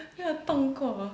没有动过